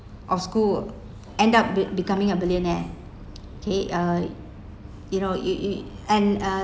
of school end up be becoming a billionaire okay uh you know you you and uh